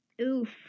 Oof